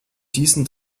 diesen